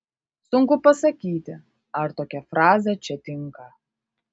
sunku pasakyti ar tokia frazė čia tinka